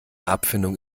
abfindung